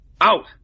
Out